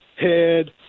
Head